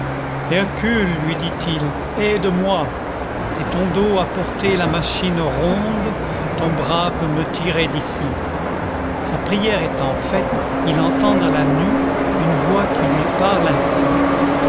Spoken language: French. hercule lui dit-il aide moi si ton dos a porté la machine ronde ton bras peut me tirer d'ici sa prière étant faite il entend dans la nue une voix qui lui parle ainsi